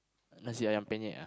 Nasi Ayam Penyet ah